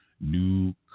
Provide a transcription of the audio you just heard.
new